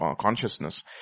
consciousness